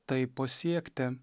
tai pasiekti